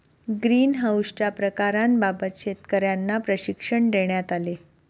ग्रीनहाउसच्या प्रकारांबाबत शेतकर्यांना प्रशिक्षण देण्यात आले